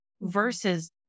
versus